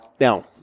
now